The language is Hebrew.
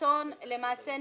למעשה,